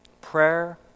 prayer